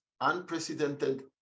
unprecedented